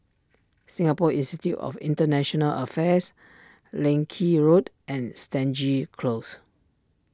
Singapore Institute of International Affairs Leng Kee Road and Stangee Close